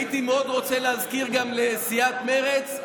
הייתי מאוד רוצה להזכיר גם לסיעת מרצ,